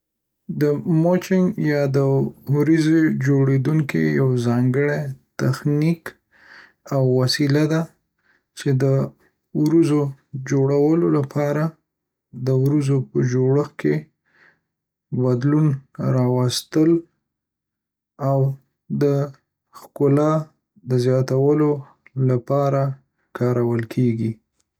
د مچونک یا د وريځو چيندونکی یو ځانګړی تخنیک او وسیله ده چې د ورځو جوړولو لپاره د وريځو په جوړښت کې بدلون راوستل او د خکلا زیاتولو لپاره کارول کېږي.